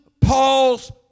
Paul's